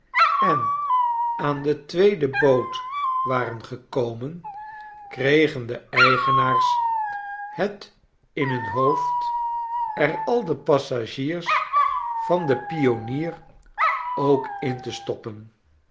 en aan de tweede boot waren gekomen kregen de eigenaars het in hun hoofd er al de passagiers van de pionier ook in te stoppen